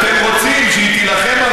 ואתם רוצים הרי שהיא תילחם,